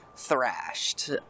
thrashed